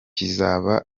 kizaba